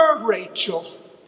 Rachel